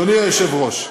אדוני היושב-ראש,